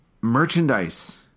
Merchandise